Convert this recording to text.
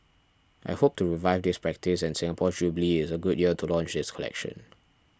i hope to revive this practice and Singapore's jubilee is a good year to launch this collection